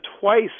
twice